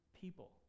people